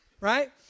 right